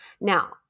Now